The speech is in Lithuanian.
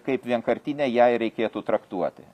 kaip vienkartinę ją ir reikėtų traktuoti